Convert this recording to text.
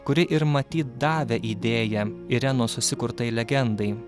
kuri ir matyt davė idėją irenos susikurtai legendai